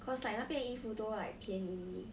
cause like 那边的衣服都 like 便宜